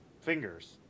fingers